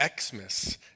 Xmas